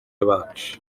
bacu